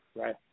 Right